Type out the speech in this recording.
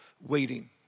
waiting